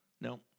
No